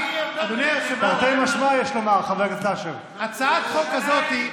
אדוני היושב-ראש, הצעת החוק הזו,